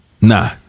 nah